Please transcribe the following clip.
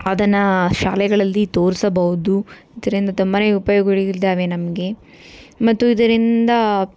ಅದನ್ನು ಶಾಲೆಗಳಲ್ಲಿ ತೋರಿಸಬಹುದು ಇದರಿಂದ ತುಂಬಾ ಉಪಯೋಗಗಳಿದ್ದಾವೆ ನಮಗೆ ಮತ್ತು ಇದರಿಂದ